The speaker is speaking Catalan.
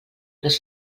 les